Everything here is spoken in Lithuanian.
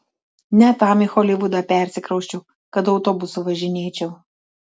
ne tam į holivudą persikrausčiau kad autobusu važinėčiau